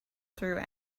through